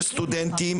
סטודנטים,